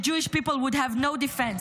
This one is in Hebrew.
the Jewish people would have no defense.